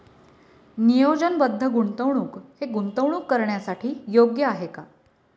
नियोजनबद्ध गुंतवणूक हे गुंतवणूक करण्यासाठी योग्य आहे का?